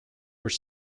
were